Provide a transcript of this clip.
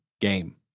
game